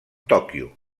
tòquio